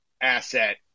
asset